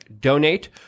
donate